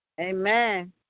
Amen